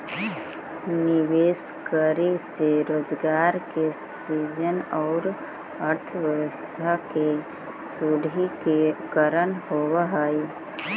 निवेश करे से रोजगार के सृजन औउर अर्थव्यवस्था के सुदृढ़ीकरण होवऽ हई